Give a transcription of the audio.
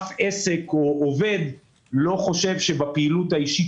אף עסק או עובד לא חושב שבפעילות האישית